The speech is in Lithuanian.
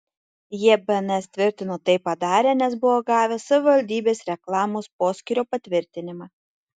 jie bns tvirtino tai padarę nes buvo gavę savivaldybės reklamos poskyrio patvirtinimą